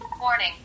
warning